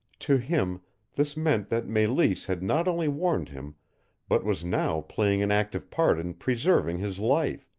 to him this meant that meleese had not only warned him but was now playing an active part in preserving his life,